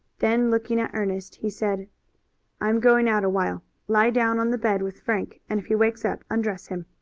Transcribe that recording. then looking at ernest he said i am going out a while. lie down on the bed with frank and if he wakes up undress him.